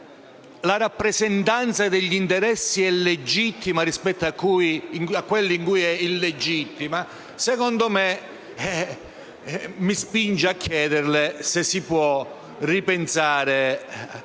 la rappresentanza degli interessi è legittima e quelli in cui è illegittima mi spinge a chiederle se si può ripensare